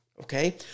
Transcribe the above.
okay